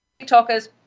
TikTokers